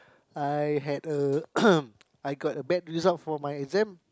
I had a I got a bad result for my exam